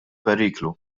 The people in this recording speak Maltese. periklu